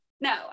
No